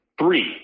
three